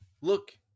look